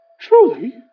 Truly